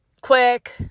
quick